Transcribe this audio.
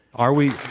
are we